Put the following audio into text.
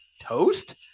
Toast